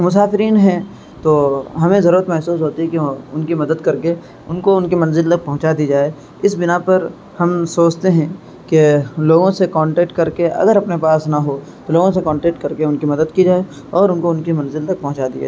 مسافرین ہیں تو ہمیں ضرورت محسوس ہوتی ہے کہ وہ ان کی مدد کر کے ان کو ان کی منزل لک پہنچا دی جائے اس بنا پر ہم سوچتے ہیں کہ لوگوں سے کانٹیکٹ کر کے اگر اپنے پاس نہ ہو تو لوگوں سے کانٹیکٹ کر کے ان کی مدد کی جائے اور ان کو ان کی منزل ل تک پہنچا دیا